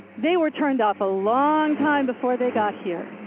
they were turned off a long time before they got here.